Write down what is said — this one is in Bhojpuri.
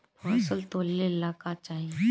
फसल तौले ला का चाही?